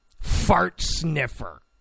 fart-sniffer